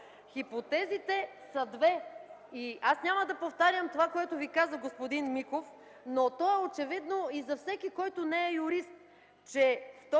Хипотезите са две и аз няма да повтарям това, което Ви каза господин Миков, но то е очевидно и за всеки, който не е юрист